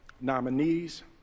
nominees